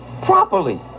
properly